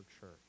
church